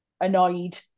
annoyed